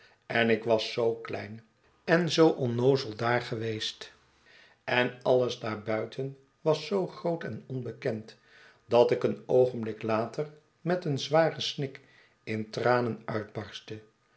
en ik was zoo klein en zoo onnoozel daar geweest en alles daar buiten was zoo groot en onbekend dat ik een oogenblik later met een zwaren snik in tranen uitbarstte